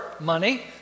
money